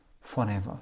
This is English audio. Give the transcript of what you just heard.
forever